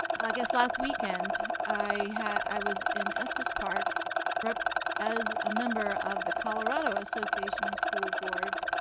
i guess last weekend, i i was in estes park as a member of the colorado association of school boards.